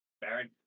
Baron